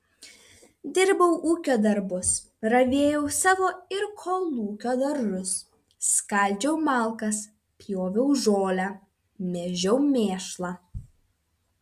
dirbau ūkio darbus ravėjau savo ir kolūkio daržus skaldžiau malkas pjoviau žolę mėžiau mėšlą